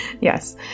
Yes